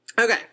Okay